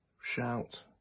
Shout